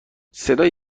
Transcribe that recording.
صدای